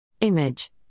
Image